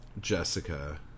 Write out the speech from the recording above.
Jessica